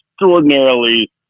extraordinarily